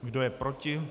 Kdo je proti?